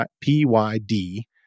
P-Y-D